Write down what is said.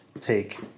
take